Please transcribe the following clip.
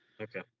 Okay